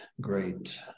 great